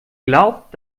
glaubt